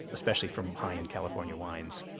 especially from high-end california wines,